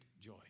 joy